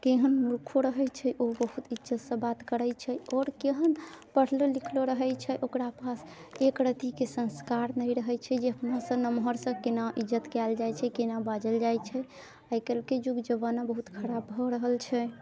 केहन मूर्खों रहै छै ओहो इज्जतसँ बात करै छै आओर केहन पढ़लो लिखलो रहै छै ओकरा पास एक रतीके संस्कार नहि रहै छै जे अपनासँ नमहरसँ केना इज्जत कयल जाइ छै केना बाजल जाइ छै आइ काल्हिके युग जमाना बहुत खराब भऽ रहल छै